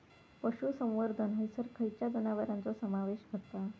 पशुसंवर्धन हैसर खैयच्या जनावरांचो समावेश व्हता?